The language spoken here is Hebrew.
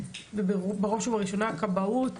בראש ובראשונה הכבאות,